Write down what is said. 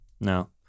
No